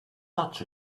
such